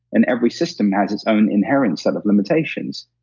and every system has its own inherent set of limitations.